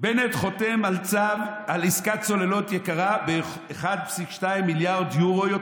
בנט חותם על צו על עסקת צוללת יקרה יותר ב-1.2 מיליארד יורו,